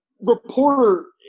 reporter